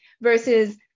versus